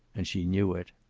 and she knew it.